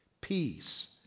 peace